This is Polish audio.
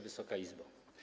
Wysoka Izbo!